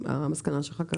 המסקנה שלך כרגע.